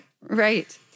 Right